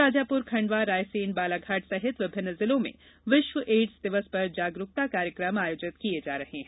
शाजापुर खंडवा रायसेन बालाघाट सहित विभिन्न जिलों में विश्व एड्स दिवस पर जागरुकता कार्यक्रम आयोजित किये जा रहे हैं